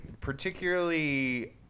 particularly